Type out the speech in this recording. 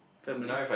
family